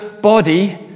body